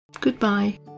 Goodbye